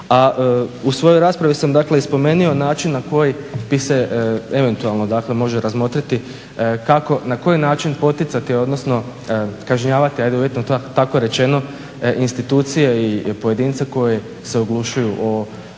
u svojoj raspravi sam dakle i spomenuo način na koji bi se eventualno dakle moglo razmotriti kako i na koji način poticati, odnosno kažnjavati ajde uvjetno tako rečeno institucije i pojedince koji se oglušuju o